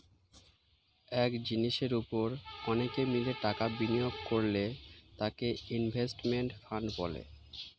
এক জিনিসের উপর অনেকে মিলে টাকা বিনিয়োগ করলে তাকে ইনভেস্টমেন্ট ফান্ড বলে